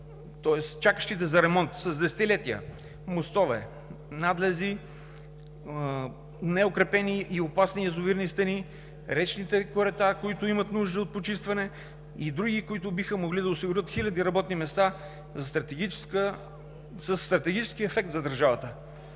десетилетия за ремонт мостове, надлези, неукрепени и опасни язовирни стени, речни корита, които имат нужда от почистване, и други, които биха могли да осигурят хиляди работни места със стратегически ефект за държавата.